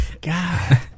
God